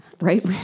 right